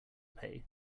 pay